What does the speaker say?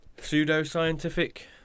pseudo-scientific